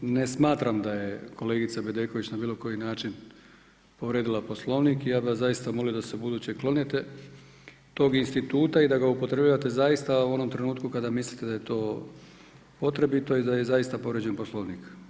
Ne smatram da je kolegica Bedeković na bilo koji način povrijedila Poslovnik i ja bih vas zaista molio da se ubuduće klonite tog instituta i da ga upotrjebljavate zaista u onom trenutku kada mislite da je to potrebito i da je zaista povrijeđen Poslovnik.